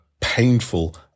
painful